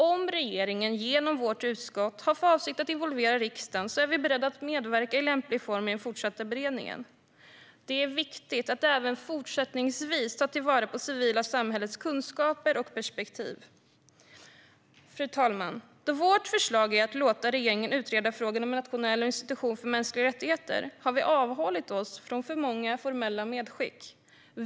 Om regeringen genom vårt utskott har för avsikt att involvera riksdagen är vi beredda att medverka i lämplig form i den fortsatta beredningen. Det är viktigt att även fortsättningsvis ta till vara det civila samhällets kunskaper och perspektiv. Fru talman! Då vårt förslag är att låta regeringen utreda frågan om en nationell institution för mänskliga rättigheter har vi avhållit oss från för många formella medskick.